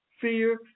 fear